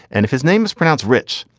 and if his name is pronounced rich,